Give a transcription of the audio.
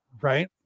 Right